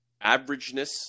averageness